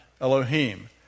Elohim